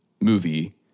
movie